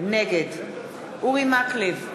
נגד אורי מקלב,